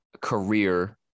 career